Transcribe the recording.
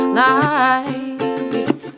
life